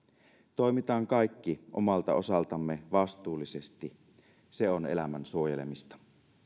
toimitaan kaikki omalta osaltamme vastuullisesti se on elämän suojelemista